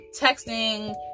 Texting